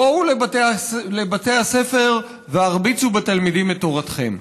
בואו לבתי הספר והרביצו בתלמידים את תורתכם.